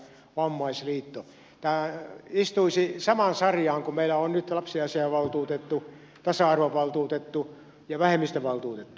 tämä istuisi samaan sarjaan kun meillä on nyt lapsiasiavaltuutettu tasa arvovaltuutettu ja vähemmistövaltuutettu